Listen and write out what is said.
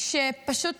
חוק